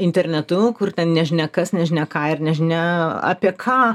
internetu kur ten nežinia kas nežinia ką ir nežinia apie ką